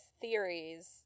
theories